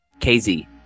kz